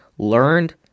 learned